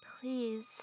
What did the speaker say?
Please